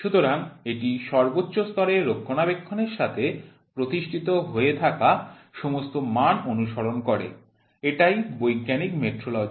সুতরাং এটি সর্বোচ্চ স্তরে রক্ষণাবেক্ষণের সাথে প্রতিষ্ঠিত হয়ে থাকা সমস্ত মান অনুসরণ করে এটাই বৈজ্ঞানিক মেট্রোলজি